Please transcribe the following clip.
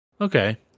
Okay